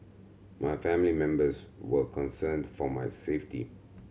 my family members were concerned for my safety